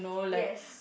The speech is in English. yes